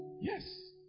Yes